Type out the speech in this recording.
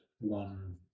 one